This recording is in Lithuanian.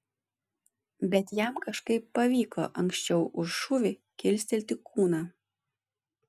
bet jam kažkaip pavyko anksčiau už šūvį kilstelti kūną